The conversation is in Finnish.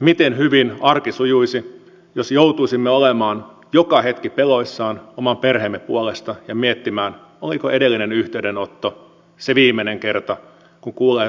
miten hyvin arki sujuisi jos joutuisimme olemaan joka hetki peloissamme oman perheemme puolesta ja miettimään oliko edellinen yhteydenotto se viimeinen kerta kun kuulee rakkaistaan